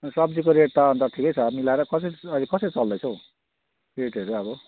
सब्जीको रेट त अन्त ठिकै छ मिलाएर कति अहिले कसरी चल्दैछ हो रेटहरू अब